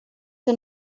que